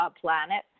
planet